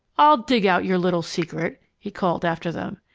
i'll dig out your little secret! he called after them.